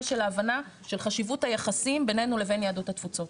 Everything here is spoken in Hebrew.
של ההבנה של חשיבות היחסים ביננו לבין יהדות התפוצות.